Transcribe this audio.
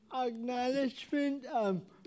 acknowledgement